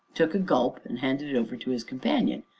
took a gulp, and handed it over to his companion,